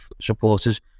supporters